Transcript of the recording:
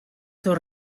dos